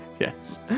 yes